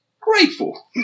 grateful